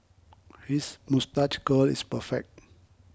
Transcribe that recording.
his moustache curl is perfect